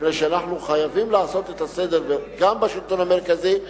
מפני שאנחנו חייבים לעשות את הסדר גם בשלטון המרכזי,